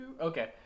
Okay